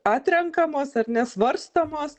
atrenkamos ar ne svarstomos